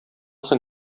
соң